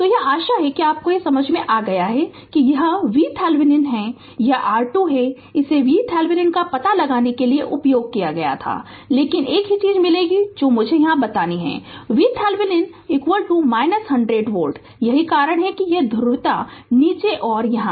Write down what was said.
तो यह आशा है कि आपको यह समझ में आ गया है कि यह VThevenin है यह R2 है इसे VThevenin का पता लगाने के लिए उपयोग किया गया था केवल एक ही चीज़ मिलेगी हम जो मुझे यहाँ बतानी है VThevenin 100 वोल्ट यही कारण है कि यह ध्रुवता नीचे और यहाँ है